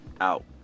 Out